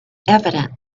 evident